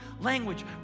language